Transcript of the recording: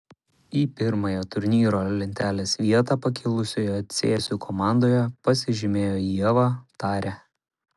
į pirmąją turnyro lentelės vietą pakilusioje cėsių komandoje pasižymėjo ieva tarė